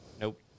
Nope